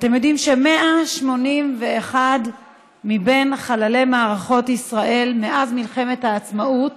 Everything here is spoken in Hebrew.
אתם יודעים ש-181 מחללי מערכות ישראל מאז מלחמת העצמאות